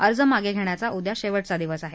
अर्ज मागं घेण्याचा उद्या शेवटचा दिवस आहे